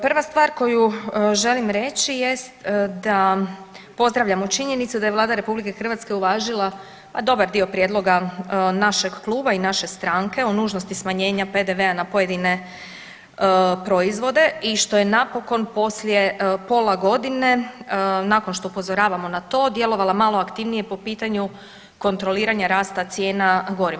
Prva stvar koju želim reći jest da pozdravljamo činjenicu da je Vlada RH uvažila, a dobar dio prijedloga našeg kluba i naše stranke o nužnosti smanjenja PDV-a na pojedine proizvode i što je napokon poslije pola godine, nakon što upozoravamo na to djelovala malo aktivnije po pitanju kontroliranja rasta cijena goriva.